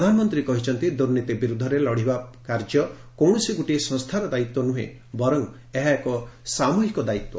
ପ୍ରଧାନମନ୍ତ୍ରୀ କହିଛନ୍ତି ଦୁର୍ନୀତି ବିରୁଦ୍ଧରେ ଲଢ଼ିବା କାର୍ଯ୍ୟ କୌଣସି ଗୋଟିଏ ସଂସ୍ଥାର ଦାୟିତ୍ୱ ନୁହେଁ ବରଂ ଏହା ଏକ ସାମ୍ବହିକ ଦାୟିତ୍ୱ